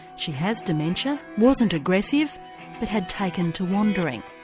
she has dementia, wasn't aggressive but had taken to wandering.